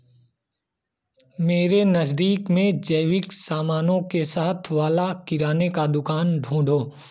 मेरे नज़दीक में जैविक सामानों के साथ वाला किराने का दुकान ढूंढो